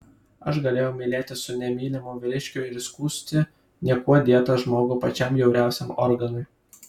aš galėjau mylėtis su nemylimu vyriškiu ir įskųsti niekuo dėtą žmogų pačiam bjauriausiam organui